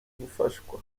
gufashwa